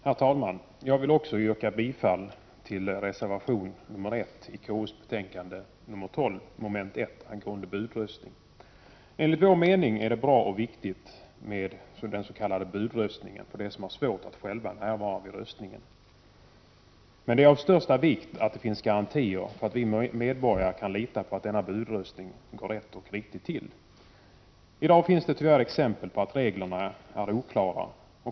Herr talman! Jag vill också yrka bifall till reservation 1 i konstitutionsutskottets betänkande 12, mom. 1, angående budröstning. Enligt vår mening är det bra och viktigt med den s.k. budröstningen för den som har svårt att själv närvara vid röstningen. Men det är av största vikt att det finns garantier för att vi medborgare kan lita på att denna budröstning går rätt till. I dag finns det tyvärr exempel på att reglerna är oklara.